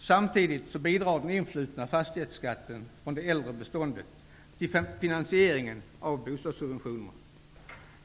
Samtidigt bidrar den influtna fastighetsskatten från det äldre beståndet till finansieringen av bostadssubventionerna.